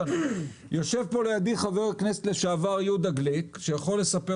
יושב לידי חבר הכנסת לשעבר יהודה גליק שיכול לספר